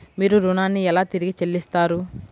మీరు ఋణాన్ని ఎలా తిరిగి చెల్లిస్తారు?